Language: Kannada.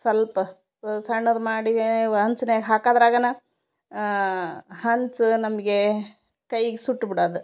ಸ್ವಲ್ಪ ಸಣ್ಣದು ಮಾಡೀ ವ ಹಂಚ್ನಾಗ ಹಾಕದ್ರಾಗನ ಹಂಚು ನಮಗೆ ಕೈಗೆ ಸುಟ್ಬುಡಾದು